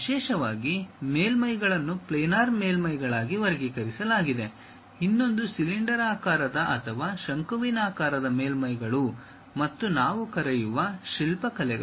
ವಿಶೇಷವಾಗಿ ಮೇಲ್ಮೈಗಳನ್ನು ಪ್ಲೇನಾರ್ ಮೇಲ್ಮೈಗಳಾಗಿ ವರ್ಗೀಕರಿಸಲಾಗಿದೆ ಇನ್ನೊಂದು ಸಿಲಿಂಡರಾಕಾರದ ಅಥವಾ ಶಂಕುವಿನಾಕಾರದ ಮೇಲ್ಮೈಗಳು ಮತ್ತು ನಾವು ಕರೆಯುವ ಶಿಲ್ಪಕಲೆಗಳು